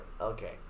Okay